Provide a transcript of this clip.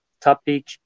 topic